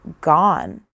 gone